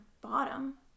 bottom